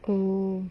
oh